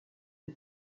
des